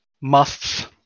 musts